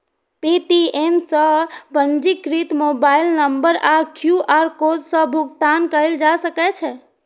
Paytm सं पंजीकृत mobile number आ क्यू.आर कोड सं भुगतान कैल जा सकै छै